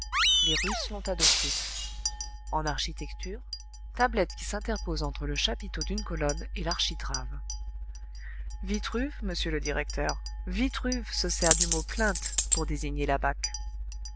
les russes l'ont adopté en architecture tablette qui s'interpose entre le chapiteau d'une colonne et l'architrave vitruve monsieur le directeur vitruve se sert du mot plinthe pour désigner l'abaque